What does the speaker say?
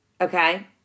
Okay